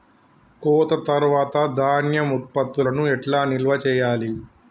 కోత తర్వాత ధాన్యం ఉత్పత్తులను ఎట్లా నిల్వ చేయాలి?